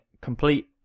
complete